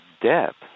depth